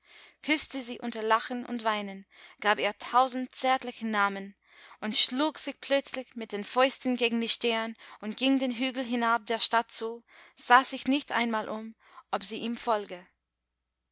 küßte sie unter lachen und weinen gab ihr tausend zärtliche namen und schlug sich plötzlich mit den fäusten gegen die stirn und ging den hügel hinab der stadt zu sah sich nicht einmal um ob sie ihm folge